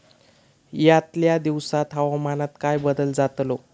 यतल्या दिवसात हवामानात काय बदल जातलो?